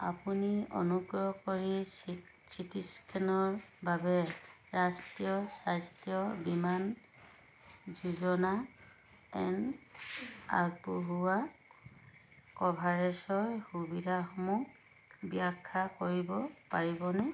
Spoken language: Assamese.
আপুনি অনুগ্ৰহ কৰি চি চি টি স্কেনৰ বাবে ৰাষ্ট্ৰীয় স্বাস্থ্য বীমান যোজনা এন আগবঢ়োৱা কভাৰেজৰ সুবিধাসমূহ ব্যাখ্যা কৰিব পাৰিবনে